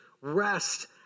rest